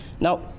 Now